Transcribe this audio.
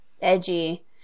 edgy